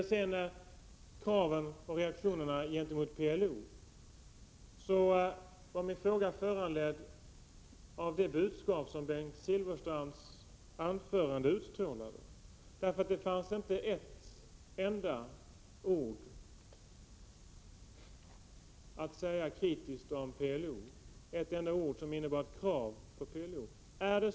Vad gäller kraven på reaktioner mot PLO var min fråga föranledd av det budskap som Bengt Silfverstrands anförande utstrålade. Han uttalade inte ett enda kritiskt ord mot PLO, och han ställde inga krav på organisationen.